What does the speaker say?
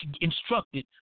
instructed